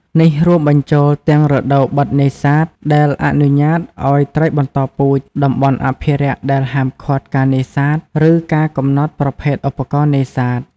នេះរួមបញ្ចូលទាំងរដូវបិទនេសាទ ដែលអនុញ្ញាតឲ្យត្រីបន្តពូជ តំបន់អភិរក្សដែលហាមឃាត់ការនេសាទ ឬការកំណត់ប្រភេទឧបករណ៍នេសាទ។